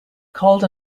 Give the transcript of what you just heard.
called